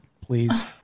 please